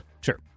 Sure